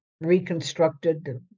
reconstructed